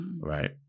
right